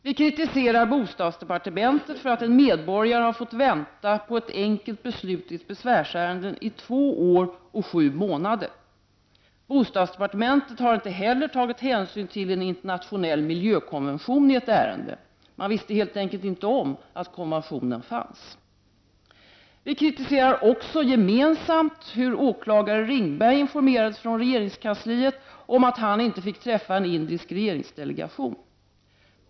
Vi kritiserar bostadsdepartementet för att en medborgare har fått vänta på ett enkelt beslut i ett besvärsärende i två år och sju månader. Bostadsdepartementet har inte heller tagit hänsyn till en internationell miljökonvention i ett ärende. Man visste helt enkelt inte om att konventionen fanns. Vi kritiserar också gemensamt hur åklagare Ringberg informerades från regeringskansliet om att han inte fick träffa en indisk regeringsdelegation.